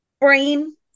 brain